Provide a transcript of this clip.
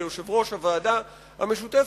כיושב-ראש הוועדה המשותפת,